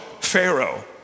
Pharaoh